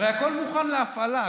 הרי הכול מוכן להפעלה.